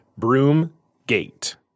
Broomgate